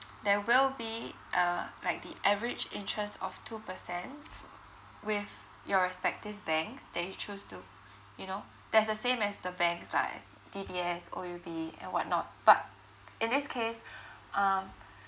there will be uh like the average interest of two percent with your respective banks that you choose to you know that's the same as the banks lah D_B_S O_U_B and what not but in this case um